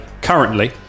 currently